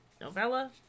novella